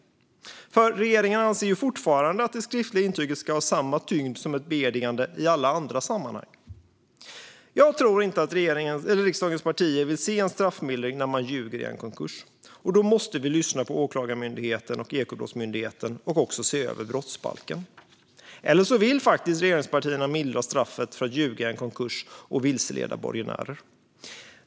Regeringen anser ju fortfarande att det skriftliga intyget ska ha samma tyngd som ett beedigande i alla andra sammanhang. Jag tror inte att riksdagens partier vill se en straffmildring för den som ljuger i en konkurs. Då måste vi lyssna på Åklagarmyndigheten och Ekobrottsmyndigheten och se över brottsbalken. Eller vill regeringspartierna faktiskt mildra straffet för den som ljuger i en konkurs för att vilseleda borgenärer?